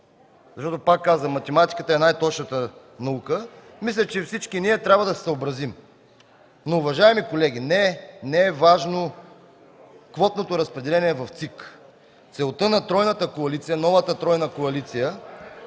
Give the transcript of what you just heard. защото, пак казвам, математиката е най-точната наука, мисля, че всички ние трябва да се съобразим. Уважаеми колеги, не е важно квотното разпределение в ЦИК. Целта на новата тройна коалиция